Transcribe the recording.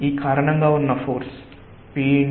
ఈ కారణంగా ఉన్న ఫోర్స్ p